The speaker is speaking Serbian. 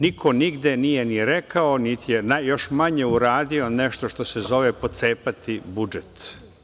Niko nigde nije ni rekao, niti je još manje uradio nešto što se zove - pocepati budžet.